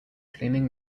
cleaning